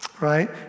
right